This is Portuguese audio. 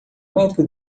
médico